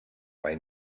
bei